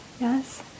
yes